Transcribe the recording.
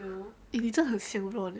eh 你真的很 simple leh